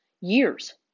years